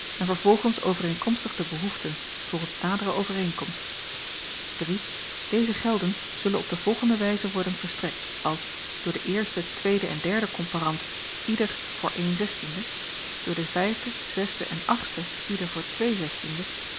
en vervolgens overeenkomstig de behoeften volgens nadere overeenkomst iii deze gelden zullen op de volgende wijze worden verstrekt als door den eersten tweeden en derden komparant ieder voor één door den vijfden zesden en achtsten ieder voor